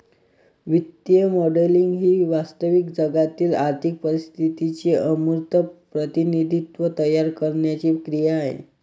वित्तीय मॉडेलिंग ही वास्तविक जगातील आर्थिक परिस्थितीचे अमूर्त प्रतिनिधित्व तयार करण्याची क्रिया आहे